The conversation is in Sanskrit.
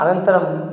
अनन्तरं